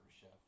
Chef